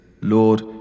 Lord